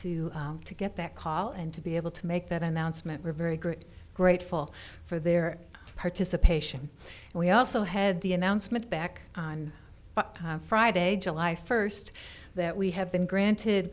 to to get that call and to be able to make that announcement were very great grateful for their participation and we also had the announcement back on friday july first that we have been granted